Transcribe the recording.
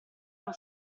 uno